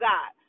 God